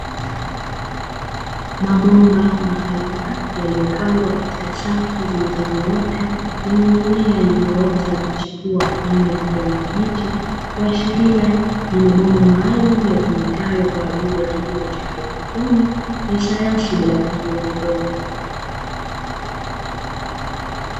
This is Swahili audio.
Mabomba maalumu yaliyopangwa katika safu zilizonyooka yenye mimea iliyoota na kuchepua kwa rangi ya kijani kibichi. Ikiashiria kuwa ni mabomba maalumu ya sayansi ya kilimo cha haidroponi ya sayansi ya bila kutumia udongo.